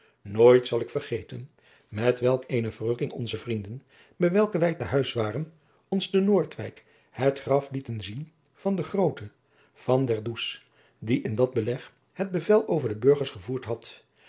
nooit zal ik vergeten met welk eene verrukking onze vrienden bij welke wij te huis waren ons te noordwijk het graf lieten zien van den grooten van der does die in dat beleg het bevel over de burgers gevoerd had